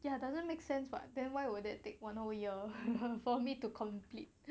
ya doesn't make sense [what] then why would that take one hour for me to complete